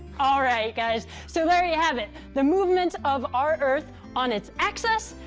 all right, guys. so there you have it. the movement of our earth on its axis,